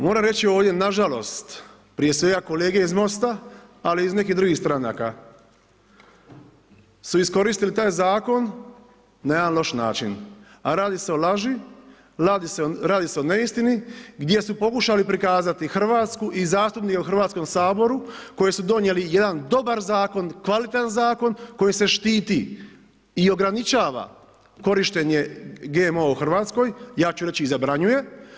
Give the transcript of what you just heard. Moramo reći ovdje, nažalost, prije svega kolege iz Mosta ali iz nekih drugih stranaka, su iskoristile taj zakon na jedan loš način, a radi se o laži, radi se o neistini, gdje su pokušali prikazati Hrvatsku i … o Hrvatskom saboru, koji su donijeli jedan dobar zakon, kvalitetan zakon, kojim se štiti i ograničava korištenje GMO u Hrvatskoj, ja ću reći i zabranjuje.